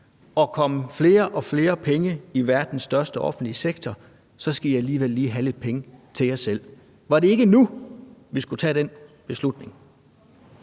at komme flere og flere penge i verdens største offentlige sektor, så skal I alligevel lige have lidt penge til jer selv. Var det ikke nu, vi skulle tage den beslutning?